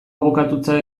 abokatutza